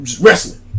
wrestling